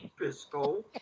Fisco